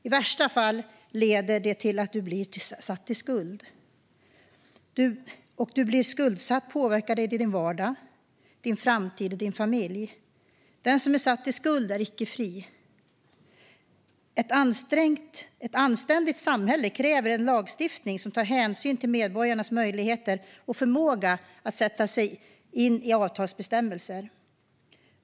I värsta fall leder det till att du blir satt i skuld. Blir du skuldsatt påverkar det din vardag, din framtid, din familj. Den som är satt i skuld är icke fri. Ett anständigt samhälle kräver en lagstiftning som tar hänsyn till medborgarnas möjligheter och förmåga att sätta sig in i avtalsbestämmelser.